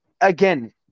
again